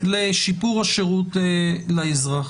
לשיפור השירות לאזרח.